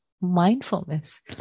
mindfulness